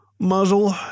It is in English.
Muzzle